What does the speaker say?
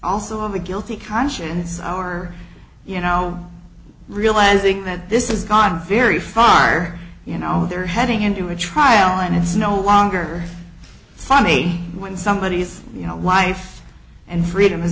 also of a guilty conscience our you know realizing that this is gone very far you know they're heading into a trial and it's no longer funny when somebody's life and freedom